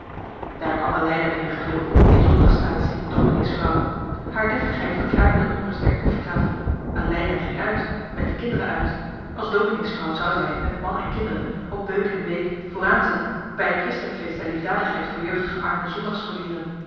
daar kwam aleida binnengedribbeld in zondagsstatie van domineesvrouw haar deftigheid verklaarde de onrust der koffietafel aleida ging uit met de kinderen uit als domineesvrouw zou zij met man en kinderen op beuk en beek vooraanzitten bij het christenfeest der liefdadigheid voor jeugdge